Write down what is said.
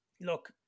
Look